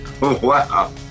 Wow